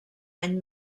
any